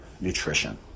nutrition